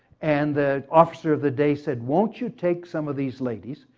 and the officer of the day said won't you take some of these ladies?